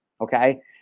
okay